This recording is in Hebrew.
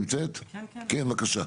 בבקשה.